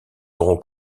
aurons